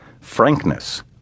frankness